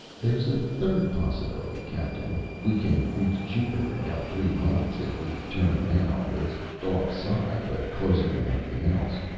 there's a third possibility, captain. we can reach jupiter in about three months, if we turn now. it's offside, but closer than anything else.